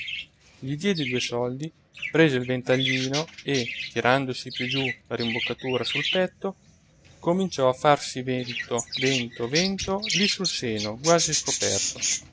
diede i due soldi prese il ventaglino e tirandosi più giù la rimboccatura sul petto cominciò a farsi vento vento vento lì sul seno quasi scoperto